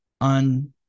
on